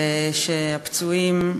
ושהפצועים,